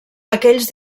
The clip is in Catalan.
aquells